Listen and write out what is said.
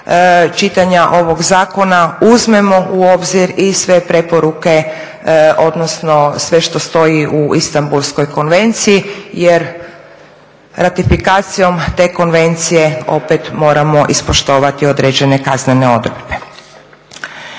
čitanja ovog zakona uzmemo u obzir i sve preporuke odnosno sve što stoji u Istambulskoj konvenciji jer ratifikacijom te Konvencije opet moramo ispoštovati određene kaznene odredbe.